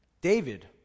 David